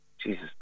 Jesus